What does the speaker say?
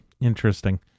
Interesting